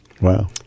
Wow